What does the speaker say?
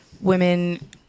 women